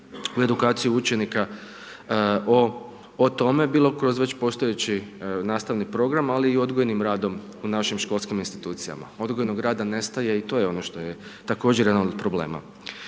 u edukaciju učenika o tome bilo kroz već postojeći nastavni program ali i odgojnim radom u našim školskim institucijama. Odgojnog rada nestaje i to je ono što je također jedan od problema.